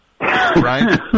right